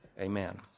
Amen